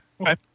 Okay